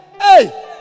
hey